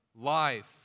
life